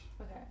Okay